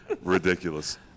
Ridiculous